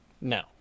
No